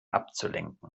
abzulenken